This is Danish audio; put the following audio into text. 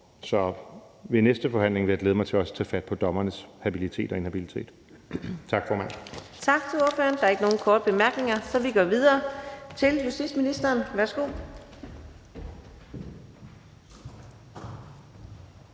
Så ved næste forhandling vil jeg glæde mig til også at tage fat på dommernes habilitet og inhabilitet. Tak, formand. Kl. 15:16 Fjerde næstformand (Karina Adsbøl): Tak til ordføreren. Der er ikke nogen korte bemærkninger, så vi går videre til justitsministeren. Værsgo.